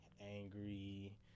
angry